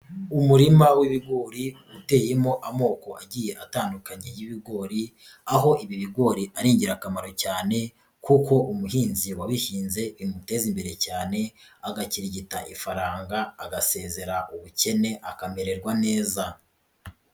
Umurima w'ibigori uteyemo amoko agiye atandukanye y'ibigori, aho ibi bigori ari ingirakamaro cyane kuko umuhinzi wabihinze bimuteza imbere cyane, agakirigita ifaranga, agasezera ubukene, akamererwa neza.